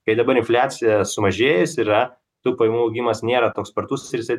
kai dabar infliacija sumažėjus yra tų pajamų augimas nėra toks spartus ir jisai